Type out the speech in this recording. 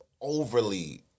overly